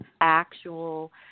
actual